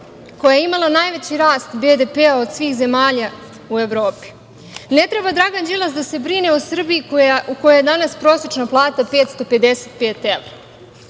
koja je imala najveći rast BDP od svih zemalja u Evropi. Ne treba Dragan Đilas da se brine o Srbiji u kojoj je danas prosečna plata 555